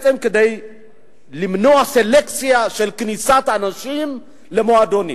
בעצם כדי למנוע סלקציה בכניסת אנשים למועדונים.